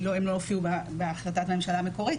הם לא הופיעו בהחלטת ממשלה המקורית,